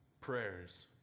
prayers